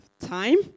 Time